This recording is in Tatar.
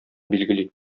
билгели